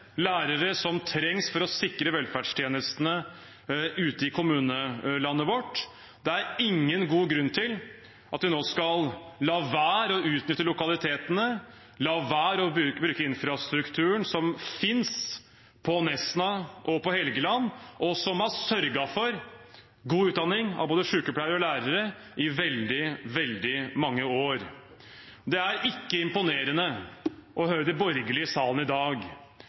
lærere – som trengs for å sikre velferdstjenestene ute i kommunene i landet vårt. Det er ingen god grunn til at vi nå skal la være å utnytte lokalitetene, la være å bruke infrastrukturen som finnes på Nesna og på Helgeland, og som har sørget for god utdanning av både sykepleiere og lærere i veldig mange år. Det er ikke imponerende å høre de borgerlige i salen i dag.